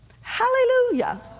Hallelujah